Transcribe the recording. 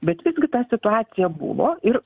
bet visgi ta situacija buvo ir